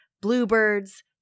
Bluebirds